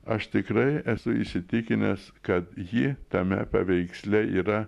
aš tikrai esu įsitikinęs kad ji tame paveiksle yra